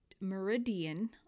meridian